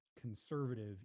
conservative